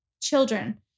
children